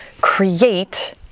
create